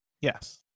Yes